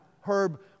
Herb